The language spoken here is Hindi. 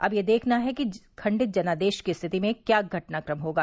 अब यह देखना है कि खंडित जनादेश की स्थिति में क्या घटनाक्रम होगा